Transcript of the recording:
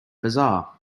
bazaar